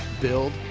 build